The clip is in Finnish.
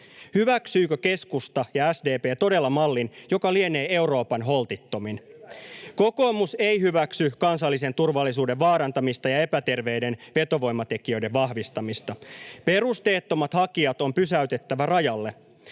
Hyväksyvätkö keskusta ja SDP todella mallin, joka lienee Euroopan holtittomin? Kokoomus ei hyväksy kansallisen turvallisuuden vaarantamista ja epäterveiden vetovoimatekijöiden vahvistamista. Perusteettomat hakijat on pysäytettävä rajalle.